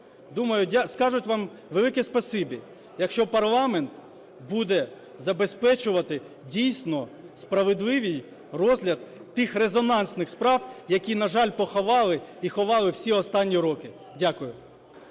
думаю, скажуть вам велике спасибі, якщо парламент буде забезпечувати дійсно справедливий розгляд тих резонансних справ, які, на жаль, поховали і ховали всі останні роки. Дякую.